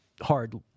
hard